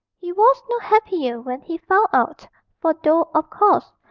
he was no happier when he found out for though, of course,